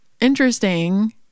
interesting